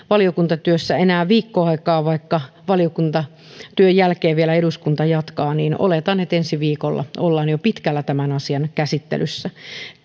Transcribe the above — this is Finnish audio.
valiokuntatyössä enää viikko aikaa vaikka valiokuntatyön jälkeen vielä eduskunta jatkaa oletan että ensi viikolla ollaan jo pitkällä tämän asian käsittelyssä